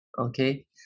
Okay